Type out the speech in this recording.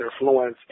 influence